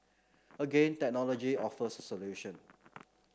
again technology offers a solution